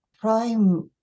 prime